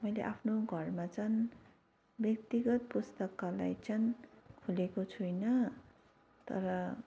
मैले आफ्नु घरमा चाहिँ व्यक्तिगत पुस्तकालय चाहिँ खोलेको छुइनँ तर